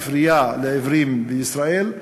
הספרייה לעיוורים בישראל,